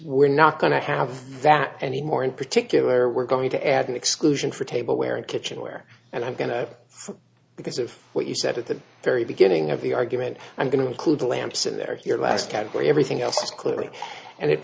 we're not going to have that anymore in particular we're going to add an exclusion for tableware and kitchenware and i'm going to have fun because of what you said at the very beginning of the argument i'm going to include lamps in there here last category everything else is clearly and it